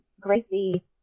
Gracie